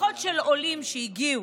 משפחות של עולים שהגיעו,